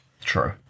True